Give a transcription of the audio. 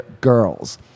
girls